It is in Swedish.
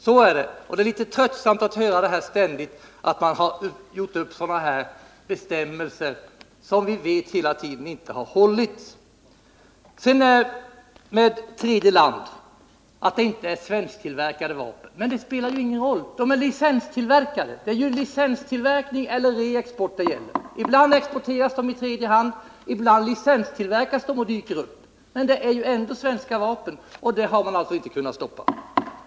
Så är det, och det är litet tröttsamt att ständigt höra att bestämmelser utfärdats när vi vet att de inte följts på hela tiden. Att det inte är svensktillverkade vapen spelar ingen roll, de är ju licenstillverkade. Det är licenstillverkning eller reexport det gäller. Ibland exporteras de i tredje hand, ibland licenstillverkas de och dyker upp. Men det är ju ändå svenska vapen. Och det har regeringen alltså inte kunnat stoppa.